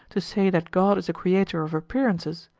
to say that god is a creator of appearances,